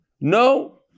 No